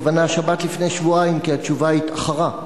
הכוונה שבת לפני שבועיים, כי התשובה התאחרה,